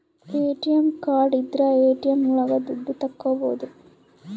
ATM card ಇದ್ರ ATM ಒಳಗ ದುಡ್ಡು ತಕ್ಕೋಬೋದು